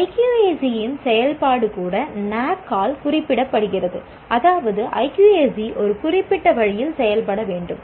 IQAC இன் செயல்பாடு கூட NAAC ஆல் குறிப்பிடப்படுகிறது அதாவது IQAC ஒரு குறிப்பிட்ட வழியில் செயல்பட வேண்டும்